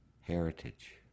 heritage